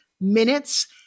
minutes